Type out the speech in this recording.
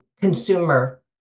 consumer